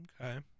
Okay